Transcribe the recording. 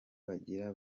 bagira